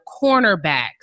cornerbacks